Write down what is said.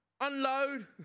unload